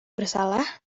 bersalah